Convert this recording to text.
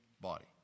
body